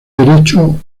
derecho